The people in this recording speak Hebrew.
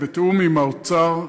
בתיאום עם האוצר.